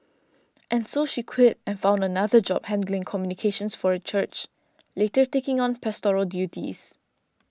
and so she quit and found another job handling communications for a church later taking on pastoral duties